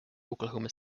oklahoma